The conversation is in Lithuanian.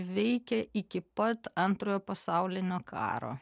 veikė iki pat antrojo pasaulinio karo